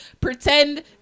pretend